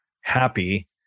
happy